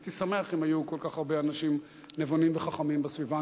הייתי שמח אם היו כל כך הרבה אנשים נבונים וחכמים בסביבה.